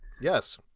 Yes